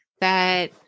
that-